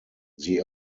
sie